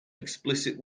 explicit